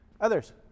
Others